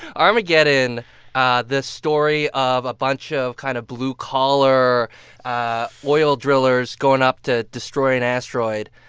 armageddon ah the story of a bunch of kind of blue-collar ah oil drillers going up to destroy an asteroid.